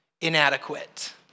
inadequate